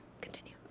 continue